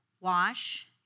Wash